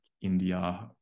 india